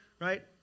right